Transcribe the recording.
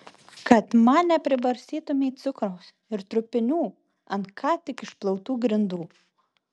kad man nepribarstytumei cukraus ir trupinių ant ką tik išplautų grindų